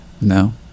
no